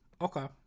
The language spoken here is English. Okay